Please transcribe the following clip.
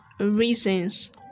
reasons